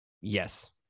Yes